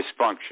dysfunction